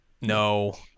no